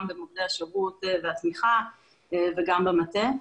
גם במוקדי השירות והתמיכה וגם במטה.